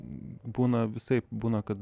būna visaip būna kad